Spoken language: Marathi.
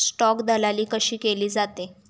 स्टॉक दलाली कशी केली जाते?